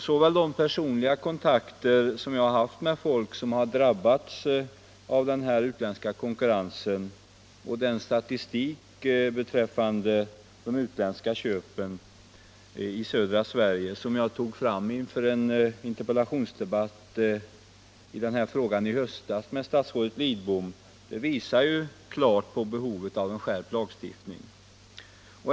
Både de personliga kontakter som jag har haft med människor som drabbats av den utländska konkurrensen och den statistik beträffande de utländska köpen i södra Sverige som jag tog fram inför interpellationsdebatten i den här frågan i höstas med statsrådet Lidbom visar klart på behovet av en skärpt lagstiftning.